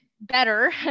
better